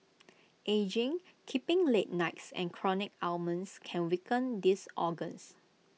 ageing keeping late nights and chronic ailments can weaken these organs